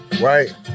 right